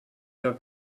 der